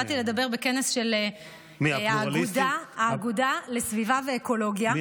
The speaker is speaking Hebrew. באתי לדבר בכנס של האגודה לסביבה ואקולוגיה,